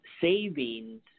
savings